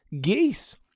geese